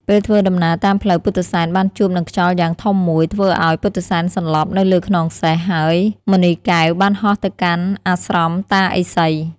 ពេលធ្វើដំណើរតាមផ្លូវពុទ្ធិសែនបានជួបនឹងខ្យល់យ៉ាងធំមួយធ្វើឲ្យពុទ្ធិសែនសន្លប់នៅលើខ្នងសេះ ហើយមណីកែវបានហោះទៅកាន់អាស្រមតាឥសី។